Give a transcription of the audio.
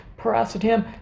paracetam